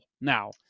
now